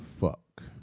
fuck